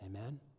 Amen